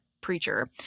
preacher